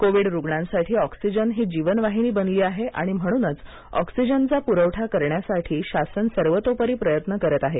Covid रूग्णांसाठी oxygen ही जीवनवाहिनी बनली आहे आणि म्हणूनच ऑक्सिजनचा पुरवठा करण्यासाठी शासन सर्वतोपरी प्रयत्न करत आहे